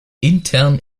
intern